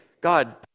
God